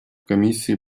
комиссии